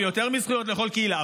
ויותר מזכויות לכל קהילה.